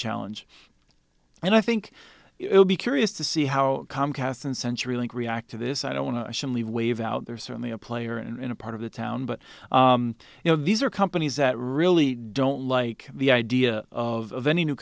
challenge and i think it will be curious to see how comcast and century link react to this i don't want to leave wave out there certainly a player and a part of the town but you know these are companies that really don't like the idea of any new